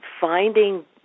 finding